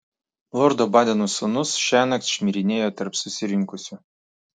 lordo badeno sūnus šiąnakt šmirinėjo tarp susirinkusių